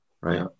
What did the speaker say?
Right